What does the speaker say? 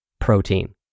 Protein